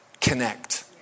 connect